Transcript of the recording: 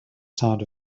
sound